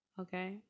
Okay